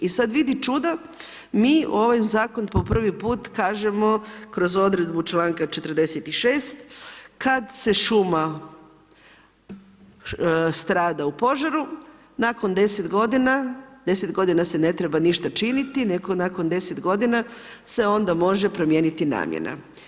I sad vidi čuda, mi u ovaj zakon, po prvi put, kažemo, kroz odredbu čl. 46. kada se šuma strada u požaru, nakon 10g. 10 g. se ne treba ništa činiti, nego nakon 10 g. se onda može promijeniti namjena.